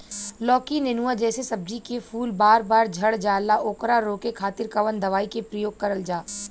लौकी नेनुआ जैसे सब्जी के फूल बार बार झड़जाला ओकरा रोके खातीर कवन दवाई के प्रयोग करल जा?